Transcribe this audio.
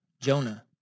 Jonah